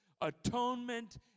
atonement